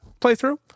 playthrough